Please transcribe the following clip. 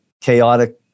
chaotic